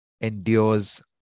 endures